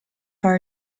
for